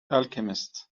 alchemists